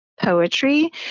poetry